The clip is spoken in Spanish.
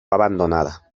abandonada